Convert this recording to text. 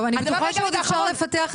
טוב, אני בטוחה שעוד אפשר לפתח את זה.